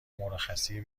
مرخصی